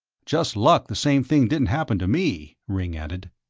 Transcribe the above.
just luck the same thing didn't happen to me. ringg added.